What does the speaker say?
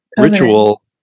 ritual